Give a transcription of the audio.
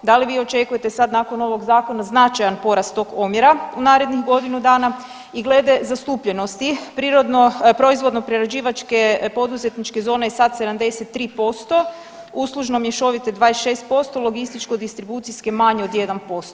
Da li očekujete sad nakon ovog zakona značajan porast tog omjera u narednih godinu dana i glede zastupljenosti prirodno, proizvodno prerađivačke poduzetničke zone je sad 73%, uslužno mješovite 26%, logističko distribucijske manje od 1%